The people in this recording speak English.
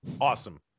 awesome